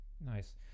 nice